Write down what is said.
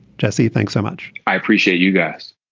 jesse thanks so much. i appreciate you guys